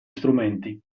strumenti